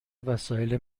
وسایل